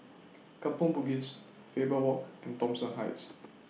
Kampong Bugis Faber Walk and Thomson Heights